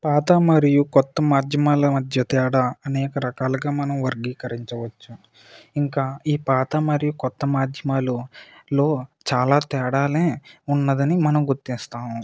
పాత మరియు కొత్త మాధ్యమాల మధ్య తేడా అనేక రకాలుగా మనం వర్గీకరించవచ్చు ఇంకా ఈ పాత మరియు కొత్త మాధ్యమాలలో చాలా తేడాలు ఉన్నది అని మనం గుర్తిస్తాం